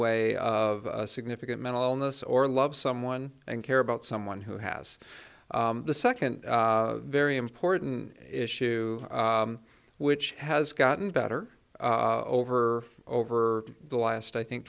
way of significant mental illness or love someone and care about someone who has the second very important issue which has gotten better over over the last i think